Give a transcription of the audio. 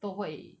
都会